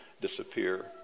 disappear